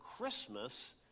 Christmas